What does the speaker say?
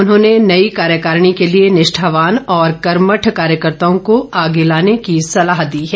उन्होंने नई कार्यकारिणी के लिए निष्ठावान और कर्मठ कार्यकर्ताओं को ओगे लाने की सलाह दी है